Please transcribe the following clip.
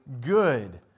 good